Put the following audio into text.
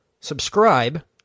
Subscribe